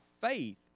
faith